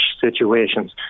situations